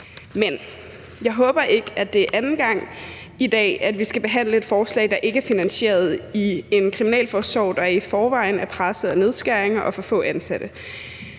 Men jeg håber ikke, at det er anden gang i dag, vi skal behandle et forslag, der ikke er finansieret i en kriminalforsorg, der i forvejen er presset af nedskæringer og for få ansatte.